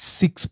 six